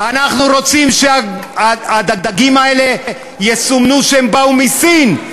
אנחנו רוצים שהדגים האלה יסומנו שהם באו מסין,